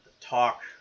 Talk